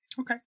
okay